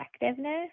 effectiveness